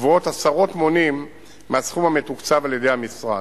גבוהות עשרות מונים מהסכום המתוקצב על-ידי המשרד.